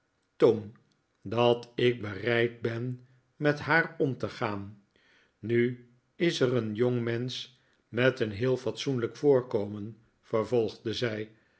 toon dat ik bereid ben met haar om te gaan nu is er een jongmensch met een heel fatsoenlijk voorkomen vervolgde zij